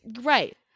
right